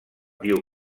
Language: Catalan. diu